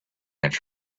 inch